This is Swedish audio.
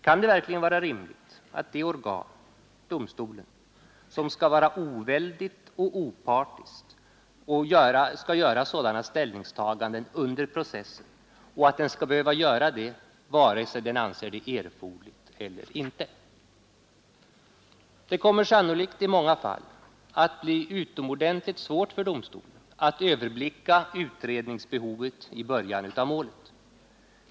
Kan det verkligen vara rimligt att det organ, domstolen, som skall vara oväldigt och opartiskt skall göra sådana ställningstaganden under processen, det vare sig det anser det erforderligt eller inte. Det kommer sannolikt i många fall att bli utomordentligt svårt för domstolen att överblicka utredningsbehovet i början av målet.